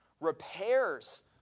repairs